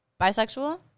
bisexual